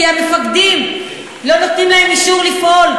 כי המפקדים לא נותנים להם אישור לפעול,